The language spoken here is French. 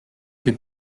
que